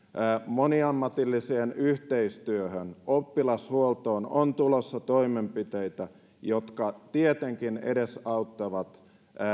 moniammatilliseen yhteistyöhön oppilashuoltoon on tulossa toimenpiteitä jotka tietenkin edesauttavat